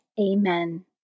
Amen